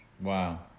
Wow